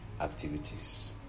activities